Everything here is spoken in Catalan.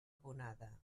abonada